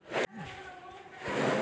বিধবা ভাতার টাকা কিভাবে পাওয়া যাবে?